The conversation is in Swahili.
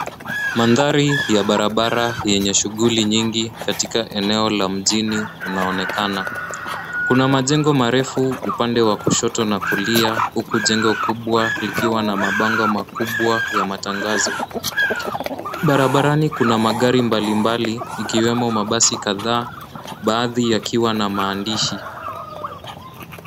Mandhari ya barabara yenye shughuli nyingi katika eneo la mjini unaonekana. Kuna majengo marefu upande wa kushoto na kulia huku jengo kubwa likiwa na mabango makubwa ya matangazo. Barabarani kuna magari mbalimbali ikiwemo mabasi kadhaa baadhi ya kiwa na maandishi.